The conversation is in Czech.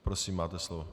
Prosím, máte slovo.